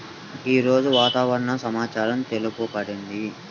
ఈరోజు వాతావరణ సమాచారం తెలుపండి